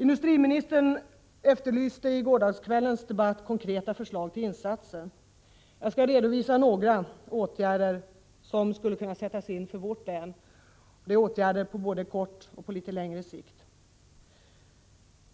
Industriministern efterlyste i gårdagskvällens debatt konkreta förslag till insatser. Jag skall redovisa några förslag till åtgärder som skulle kunna vidtas i vårt län — det är åtgärder både på kort sikt och på litet längre sikt.